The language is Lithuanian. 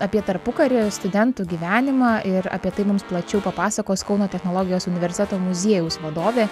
apie tarpukaryje studentų gyvenimą ir apie tai mums plačiau papasakos kauno technologijos universiteto muziejaus vadovė